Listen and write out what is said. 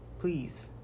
please